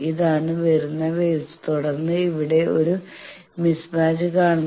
ഇതാണ് വരുന്ന വേവ്സ് തുടർന്ന് ഇവിടെ ഒരു മിസ്മാച്ച് കാണുന്നു